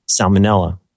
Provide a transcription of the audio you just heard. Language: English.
Salmonella